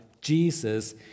jesus